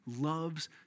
loves